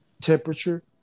temperature